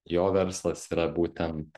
jo verslas yra būtent